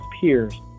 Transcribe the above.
peers